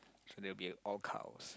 so they'll be all cows